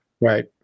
Right